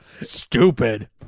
stupid